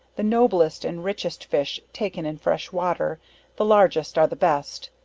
the noblest and richest fish taken in fresh water the largest are the best.